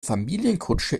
familienkutsche